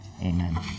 Amen